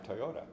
Toyota